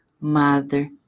Mother